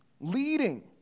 leading